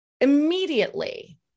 Immediately